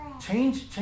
Change